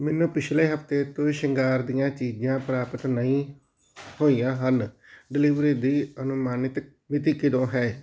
ਮੈਨੂੰ ਪਿਛਲੇ ਹਫ਼ਤੇ ਤੋਂ ਸ਼ਿੰਗਾਰ ਦੀਆਂ ਚੀਜ਼ਾਂ ਪ੍ਰਾਪਤ ਨਹੀਂ ਹੋਈਆਂ ਹਨ ਡਿਲੀਵਰੀ ਦੀ ਅਨੁਮਾਨਿਤ ਮਿਤੀ ਕਦੋਂ ਹੈ